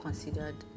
Considered